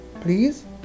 Please